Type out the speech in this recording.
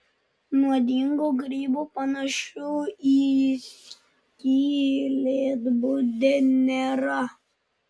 nuodingų grybų panašių į skylėtbudę nėra